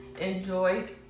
enjoyed